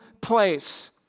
place